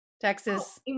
Texas